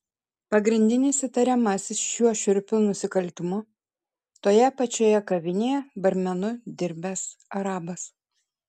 pagrindinis įtariamasis šiuo šiurpiu nusikaltimu toje pačioje kavinėje barmenu dirbęs arabas